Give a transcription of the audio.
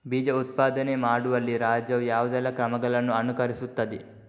ಬೀಜ ಉತ್ಪಾದನೆ ಮಾಡುವಲ್ಲಿ ರಾಜ್ಯವು ಯಾವುದೆಲ್ಲ ಕ್ರಮಗಳನ್ನು ಅನುಕರಿಸುತ್ತದೆ?